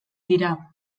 dira